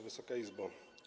Wysoka Izbo!